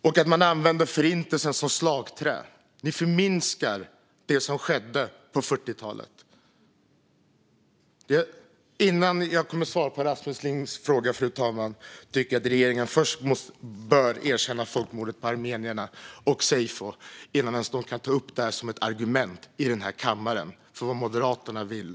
Och genom att ni använder Förintelsen som slagträ förminskar ni det som skedde på 40-talet. Fru talman! Innan jag svarar på Rasmus Lings fråga och innan man ens kan ta upp detta som ett argument i den här kammaren angående vad Moderaterna vill tycker jag att regeringen bör erkänna folkmordet på armenierna, seyfo.